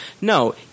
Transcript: No